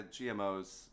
GMOs